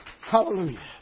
Hallelujah